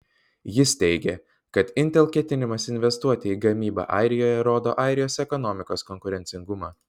jis teigė kad intel ketinimas investuoti į gamybą airijoje rodo airijos ekonomikos konkurencingumą